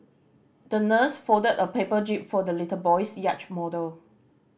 the nurse folded a paper jib for the little boy's yacht model